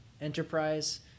enterprise